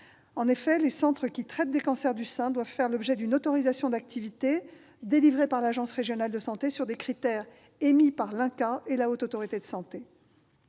En effet, les centres qui traitent les cancers du sein doivent faire l'objet d'une autorisation d'activité délivrée par l'agence régionale de santé sur des critères émis par l'INCa et la HAS. L'établissement